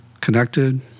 connected